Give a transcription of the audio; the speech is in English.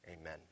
amen